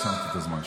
עצרתי את הזמן,